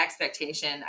expectation